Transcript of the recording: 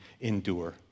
endure